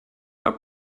are